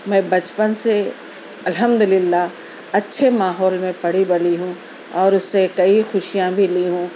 میں بچپن سے الحمدللہ اچھے ماحول میں پڑھی بلی ہوں اور اس سے کئی خوشیاں بھی لی ہوں